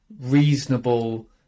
reasonable